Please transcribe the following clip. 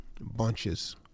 bunches